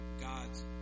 God's